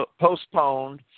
postponed